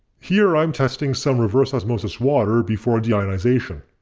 here i'm testing some reverse osmosis water before deionization.